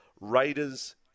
Raiders